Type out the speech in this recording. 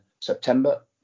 September